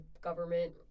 government